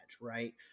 Right